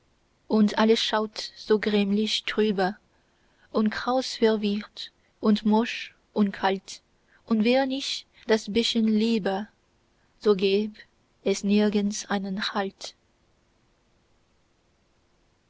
und alles schaut so grämlich trübe so krausverwirrt und morsch und kalt und wäre nicht das bißchen liebe so gäb es nirgends einen halt